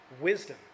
wisdom